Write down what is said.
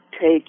take